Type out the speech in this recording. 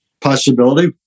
possibility